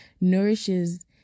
nourishes